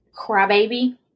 crybaby